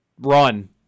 run